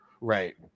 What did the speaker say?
Right